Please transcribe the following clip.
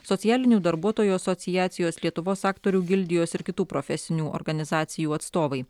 socialinių darbuotojų asociacijos lietuvos aktorių gildijos ir kitų profesinių organizacijų atstovai